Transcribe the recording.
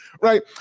right